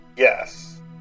Yes